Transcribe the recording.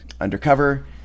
Undercover